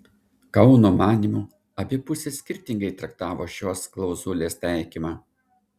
kauno manymu abi pusės skirtingai traktavo šios klauzulės taikymą